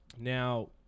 Now